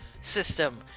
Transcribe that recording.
system